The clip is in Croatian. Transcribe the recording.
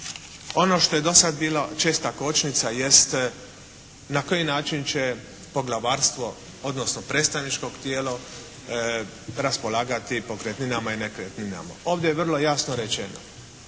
Ono što je dosad bilo česta kočnica jest na koji način će poglavarstvo, odnosno predstavničko tijelo raspolagati pokretninama i nekretninama. Ovdje je vrlo jasno rečeno